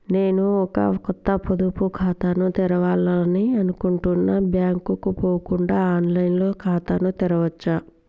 నేను ఒక కొత్త పొదుపు ఖాతాను తెరవాలని అనుకుంటున్నా బ్యాంక్ కు పోకుండా ఆన్ లైన్ లో ఖాతాను తెరవవచ్చా?